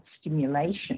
stimulation